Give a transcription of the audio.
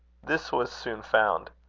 this was soon found.